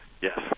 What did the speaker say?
Yes